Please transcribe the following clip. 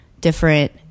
different